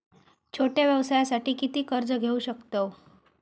छोट्या व्यवसायासाठी किती कर्ज घेऊ शकतव?